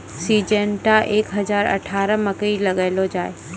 Syngenta एक हजार अठारह मकई लगैलो जाय?